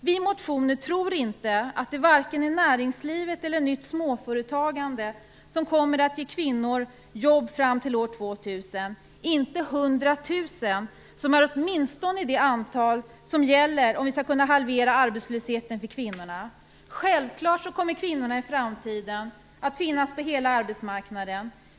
Vi motionärer tror inte att det vare sig är näringslivet eller nytt småföretagande som kommer att ge kvinnor jobb fram till år 2000. De kan inte ge 100 000 jobb, som är åtminstone det antal som gäller om vi skall kunna halvera arbetslösheten för kvinnorna. Självklart kommer kvinnorna i framtiden att finnas på hela arbetsmarknaden.